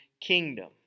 kingdom